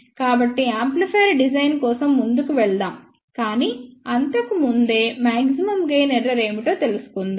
కాబట్టి amplifier design కోసం ముందుకు వెళ్దాం కానీ అంతకు ముందే మాక్సిమమ్ గెయిన్ ఎర్రర్ ఏమిటో తెలుసుకుందాం